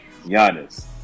Giannis